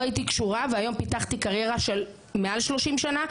הייתי קשורה והיום פיתחתי קריירה של מעל 30 שנה,